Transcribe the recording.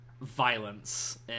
violence